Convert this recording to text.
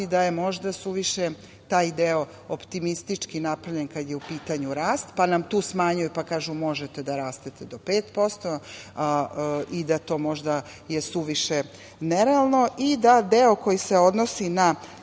da je možda suviše taj deo optimistički napravljen kada je u pitanju rast, pa nam tu smanjuju, pa kažu – možete da rastete do 5% i da to možda je suviše nerealno. I, da deo koji se odnosi na